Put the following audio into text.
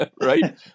right